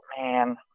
Man